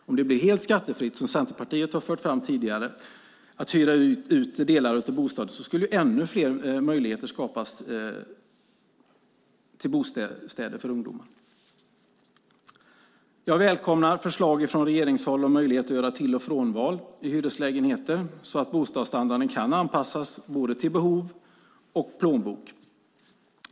Om det blev helt skattefritt, som Centerpartiet har fört fram tidigare, att hyra ut delar av bostaden skulle ännu fler möjligheter skapas till bostäder för ungdomar. Jag välkomnar ett förslag från regeringshåll om möjlighet att göra till och frånval i hyreslägenhet så att bostandarden kan anpassas till både behov och plånbok.